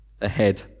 ahead